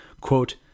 Quote